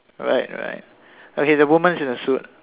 right right okay the woman's in a suit